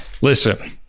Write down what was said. Listen